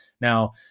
Now